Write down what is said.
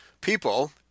people